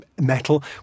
metal